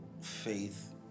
faith